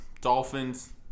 Dolphins